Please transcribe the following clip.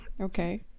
Okay